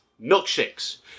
milkshakes